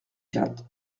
quatre